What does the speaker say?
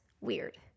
weird